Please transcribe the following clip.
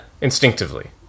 Instinctively